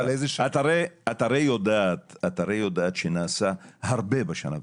את הרי יודעת שנעשה הרבה בשנה וחצי,